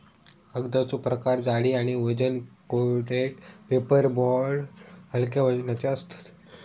कागदाचो प्रकार जाडी आणि वजन कोटेड पेपर बोर्ड हलक्या वजनाचे असतत